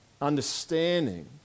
understanding